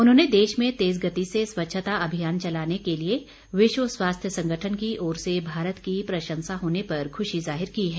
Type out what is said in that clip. उन्होंने देश में तेज गति से स्वच्छता अभियान चलाने के लिए विश्व स्वास्थ्य संगठन की ओर से भारत की प्रशंसा होने पर खूशी जाहिर की है